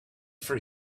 for